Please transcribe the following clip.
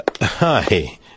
Hi